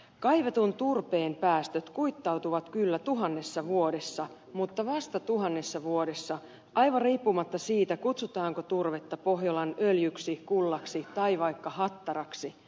kaivetun turpeen päästöt kuittautuvat kyllä tuhannessa vuodessa mutta vasta tuhannessa vuodessa aivan riippumatta siitä kutsutaanko turvetta pohjolan öljyksi kullaksi tai vaikka hattaraksi